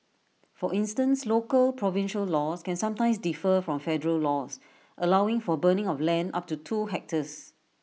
for instance local provincial laws can sometimes differ from federal laws allowing for burning of land up to two hectares